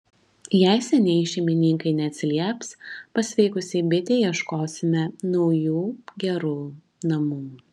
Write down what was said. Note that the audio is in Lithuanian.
jei senieji šeimininkai neatsilieps pasveikusiai bitei ieškosime naujų gerų namų